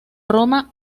roma